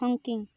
Hong Kong